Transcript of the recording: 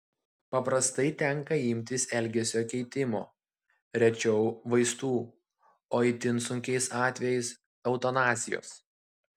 paprastai tenka imtis elgesio keitimo rečiau vaistų o itin sunkiais atvejais eutanazijos